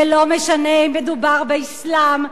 ולא משנה אם מדובר באסלאם,